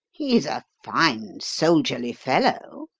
he's a fine soldierly fellow,